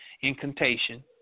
incantation